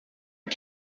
and